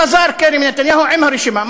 חזר קרי מנתניהו עם הרשימה,